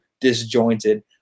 disjointed